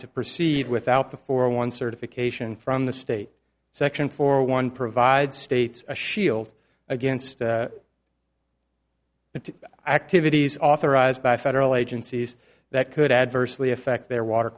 to proceed without the four one certification from the state section for one provides states a shield against its activities authorized by federal agencies that could adversely affect their water